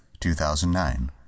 2009